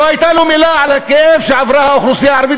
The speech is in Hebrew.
לא הייתה לו מילה על הכאב שעברה האוכלוסייה הערבית,